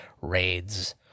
raids